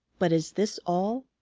but is this all?